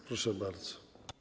Proszę bardzo.